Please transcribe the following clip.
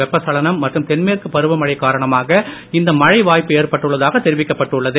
வெப்பசலனம் மற்றும் தென்மேற்கு பருவமழை காரணமாக இந்த மழை வாய்ப்பு ஏற்பட்டுள்ளதாக தெரிவிக்கப்பட்டு உள்ளது